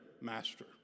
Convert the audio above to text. master